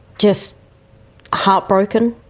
just heartbroken,